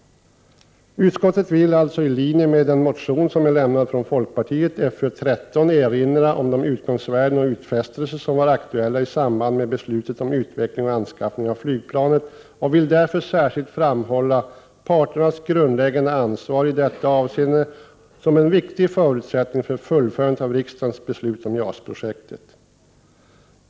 Utskottet vill i linje med folkpartimotionen Föl3 erinra om de utgångsvärden och utfästelser som var aktuella i samband med beslutet om utveckling och anskaffning av flygplanet och vill därvid särskilt framhålla parternas grundläggande ansvar i dessa avseenden som en viktig förutsättning för fullföljandet av riksdagens beslut om JAS-projektet.